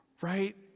Right